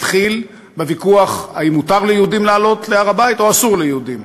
התחיל בוויכוח אם מותר ליהודים לעלות להר-הבית או אסור ליהודים,